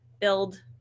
build